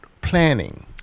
planning